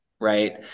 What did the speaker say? Right